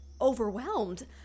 overwhelmed